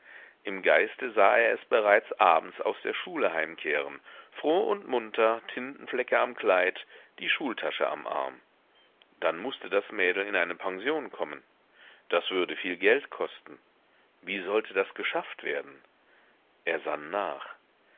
im geiste sah er es bereits abends aus der schule heimkehren froh und munter tintenflecke am kleid die schultasche am arm dann mußte das mädel in eine pension kommen das würde viel geld kosten wie sollte das geschafft werden er sann nach